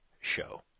show